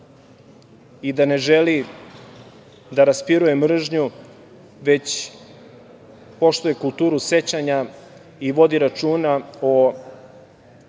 i da ne želi da raspiruje mržnju, već poštuje kulturu sećanja i vodi računa o